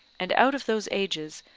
and out of those ages,